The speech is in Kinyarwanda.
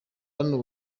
hano